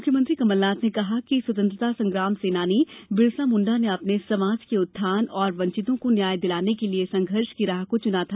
मुख्यमंत्री श्री कमल नाथ ने कहा कि स्वतंत्रता संग्राम सेनानी बिरसा मुंडा ने अपने समाज के उत्थान और वंचितों को न्याय दिलाने के लिए संघर्ष की राह को चुना था